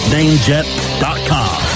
Namejet.com